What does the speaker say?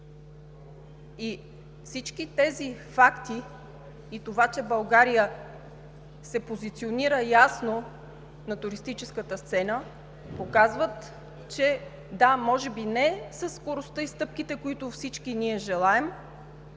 Всички тези факти и това, че България се позиционира ясно на туристическата сцена показва, че – да, може би не със скоростта и стъпките, които всички ние желаем,